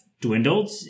dwindled